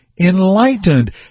Enlightened